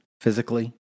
physically